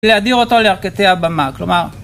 להדיר אותו לירכתי הבמה, כלומר...